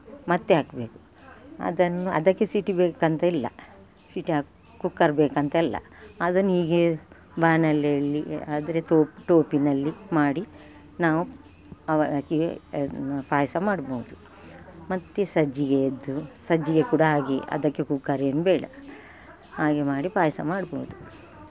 ಮತ್ತೆ ಹಾಕ್ಬೇಕು ಅದನ್ನು ಅದಕ್ಕೆ ಸೀಟಿ ಬೇಕಂತ ಇಲ್ಲ ಸೀಟಿ ಹಾಕಿ ಕುಕ್ಕರ್ ಬೇಕಂತ ಇಲ್ಲ ಅದನ್ನು ಹೀಗೇ ಬಾಣಲೆಯಲ್ಲಿ ಆದರೆ ತೋಪು ಟೋಪಿನಲ್ಲಿ ಮಾಡಿ ನಾವು ಅವಲಕ್ಕಿಗೆ ಪಾಯಸ ಮಾಡ್ಬೋದು ಮತ್ತು ಸಜ್ಜಿಗೆಯದ್ದು ಸಜ್ಜಿಗೆ ಕೂಡ ಹಾಗೆ ಅದಕ್ಕೆ ಕುಕ್ಕರ್ ಏನೂ ಬೇಡ ಹಾಗೇ ಮಾಡಿ ಪಾಯಸ ಮಾಡ್ಬೋದು